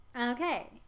Okay